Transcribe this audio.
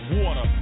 water